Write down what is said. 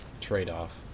trade-off